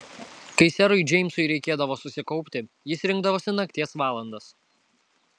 kai serui džeimsui reikėdavo susikaupti jis rinkdavosi nakties valandas